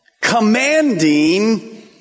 commanding